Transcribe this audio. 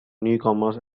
newcomers